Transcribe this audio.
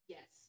Yes